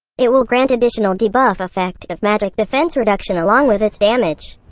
it will grant additional debuff effect of magic defense reduction along with its damage.